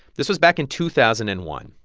this was back in two thousand and one,